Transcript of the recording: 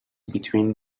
between